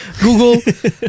Google